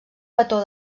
petó